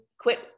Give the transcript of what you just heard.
quit